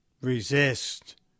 Resist